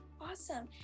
Awesome